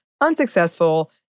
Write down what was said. unsuccessful